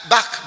Back